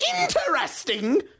Interesting